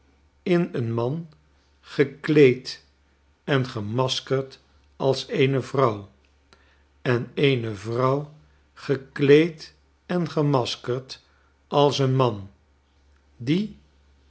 in een man gekleed en gemaskerd als eene vrouw en eene vrouw gekleed en gemaskerd als een man die